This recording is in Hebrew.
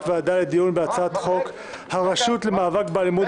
ועדה לדיון בהצעת חוק הרשות למאבק באלימות,